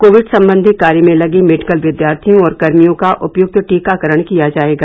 Covid संबंधी कार्य में लगे मेडिकल विद्यार्थियों और कर्मियों का उपयुक्त टीकाकरण किया जाएगा